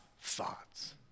thoughts